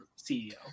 CEO